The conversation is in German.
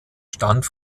stand